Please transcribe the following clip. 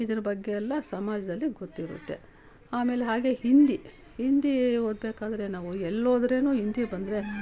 ಇದರ ಬಗ್ಗೆ ಎಲ್ಲ ಸಮಾಜದಲ್ಲಿ ಗೊತ್ತಿರುತ್ತೆ ಆಮೇಲೆ ಹಾಗೇ ಹಿಂದಿ ಹಿಂದಿ ಓದಬೇಕಾದ್ರೆ ನಾವು ಎಲ್ಲೋದ್ರೂ ಹಿಂದಿ ಬಂದರೆ